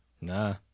Nah